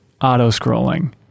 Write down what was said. Auto-scrolling